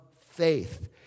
faith